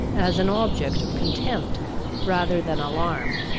as an object of contempt rather than alarm.